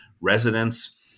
residents